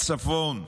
הצפון,